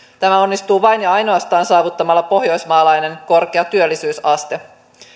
tämä onnistuu vain ja ainoastaan saavuttamalla pohjoismaalainen korkea työllisyysaste